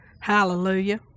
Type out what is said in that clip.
Hallelujah